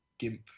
gimp